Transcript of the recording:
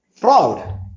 proud